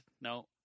no